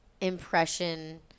impression